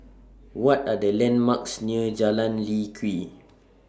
What Are The landmarks near Jalan Lye Kwee